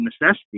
necessity